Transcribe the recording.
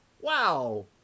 wow